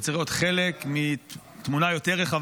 זה צריך להיות חלק מתמונה יותר רחבה,